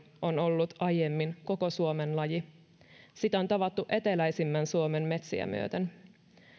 on ollut aiemmin koko suomen laji sitä on tavattu eteläisimmän suomen metsiä myöten